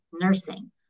nursing